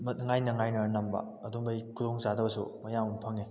ꯉꯥꯏꯅ ꯉꯥꯏꯅꯔ ꯅꯝꯕ ꯑꯗꯨꯒꯨꯝꯕꯩ ꯈꯨꯗꯣꯡ ꯆꯥꯗꯕꯁꯨ ꯃꯌꯥꯝ ꯑꯃ ꯐꯪꯉꯤ